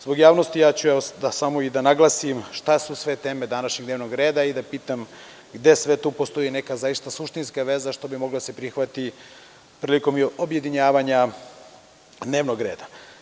Zbog javnosti, ja ću samo da naglasim šta su sve teme današnjeg dnevnog reda i da pitam gde sve tu postoji neka zaista suštinska veza što bi moglo da se prihvati prilikom objedinjavanja dnevnog reda.